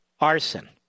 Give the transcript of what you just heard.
arson